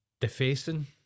defacing